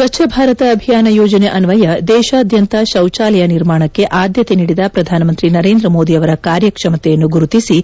ಸ್ವಚ್ಛ ಭಾರತ ಅಭಿಯಾನ ಯೋಜನೆ ಅನ್ವಯ ದೇಶಾದ್ಯಂತ ಶೌಚಾಲಯ ನಿರ್ಮಾಣಕ್ಕೆ ಆದ್ಯತೆ ನೀಡಿದ ಪ್ರಧಾನಮಂತ್ರಿ ನರೇಂದ್ರ ಮೋದಿ ಅವರ ಕಾರ್ಯ ಕ್ಷಮತೆಯನ್ನು ಗುರುತಿಸಿ